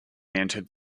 entered